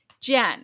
Jen